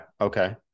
okay